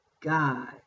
God